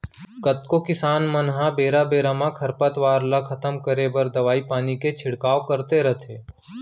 कतको किसान मन ह बेरा बेरा म खरपतवार ल खतम करे बर दवई पानी के छिड़काव करत रइथे